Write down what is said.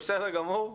זה בסדר גמור,